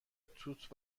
توت